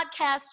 podcast